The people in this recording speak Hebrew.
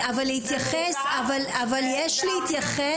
אבל יש להתייחס,